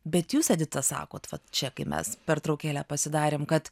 bet jūs edita sakot vat čia kai mes pertraukėlę pasidarėm kad